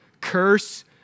Curse